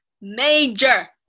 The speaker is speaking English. major